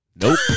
Nope